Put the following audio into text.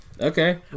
okay